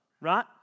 right